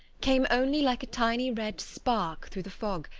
came only like a tiny red spark through the fog,